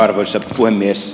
arvoisa puhemies